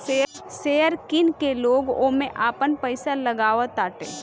share किन के लोग ओमे आपन पईसा लगावताटे